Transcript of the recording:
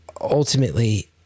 ultimately